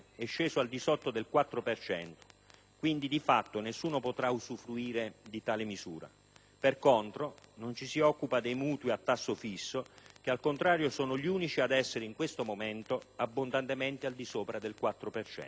quindi, di fatto nessuno potrà usufruire di tale misura. Per contro, non ci si occupa dei mutui a tasso fisso che, al contrario, sono gli unici ad essere in questo momento abbondantemente al di sopra del quattro per cento.